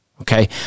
okay